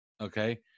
okay